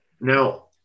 Now